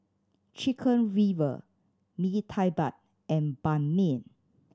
Chicken Liver Mee Tai Mak and Ban Mian